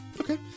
Okay